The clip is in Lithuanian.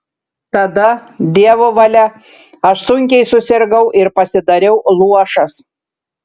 tada dievo valia aš sunkiai susirgau ir pasidariau luošas